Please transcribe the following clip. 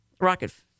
Rocket